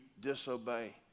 disobey